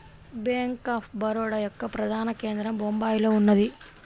bank of Baroda యొక్క ప్రధాన కేంద్రం బొంబాయిలో ఉన్నది